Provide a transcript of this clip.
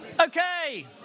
Okay